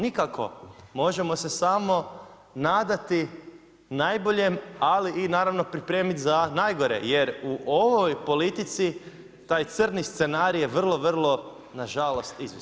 Nikako, možemo se samo nadati najboljem, ali i naravno pripremiti za najgore, jer u ovoj politici, taj crni scenarij je vrlo, vrlo, nažalost izvjestan.